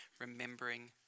remembering